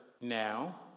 now